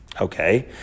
okay